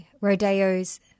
Rodeos